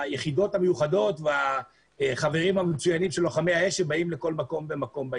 היחידות המיוחדות והחברים המצוינים של לוחמי האש שבאים לכל מקום ומקום.